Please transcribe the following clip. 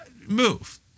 move